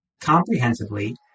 comprehensively